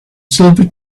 silver